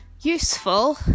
useful